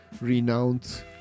renowned